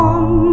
on